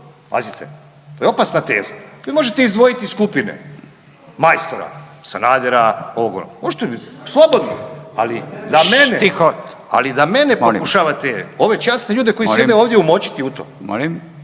pazite to je opasna teza. Vi možete izdvojiti iz skupine majstora Sanadera, ovog, onog, možete slobodno, ali da mene, ali da mene pokušavate, ove časne ljude koji sjede ovdje …/Upadica: